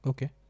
Okay